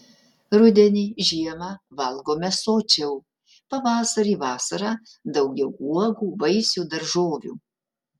rudenį žiemą valgome sočiau pavasarį vasarą daugiau uogų vaisių daržovių